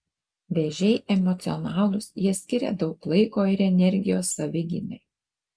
vėžiai emocionalūs jie skiria daug laiko ir energijos savigynai